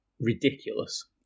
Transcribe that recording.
ridiculous